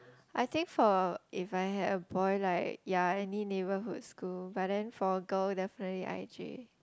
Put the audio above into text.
I think for if I had a boy right ya any neighborhood school but then for girl definitely i_j